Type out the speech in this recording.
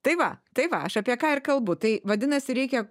tai va tai va aš apie ką ir kalbu tai vadinasi reikia